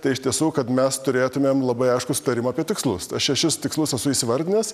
tai iš tiesų kad mes turėtumėm labai aiškų sutarimą apie tikslus aš šešis tikslus esu įvardinęs